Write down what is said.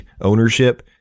ownership